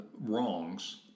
wrongs